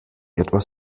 etwas